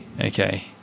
Okay